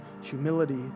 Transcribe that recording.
humility